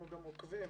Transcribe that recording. אנחנו גם עושים